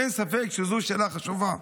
אין ספק שזו שאלה חשובה.